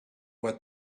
what